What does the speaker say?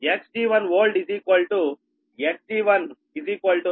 24 KV మరియు Xg1old Xg1 0